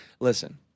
listen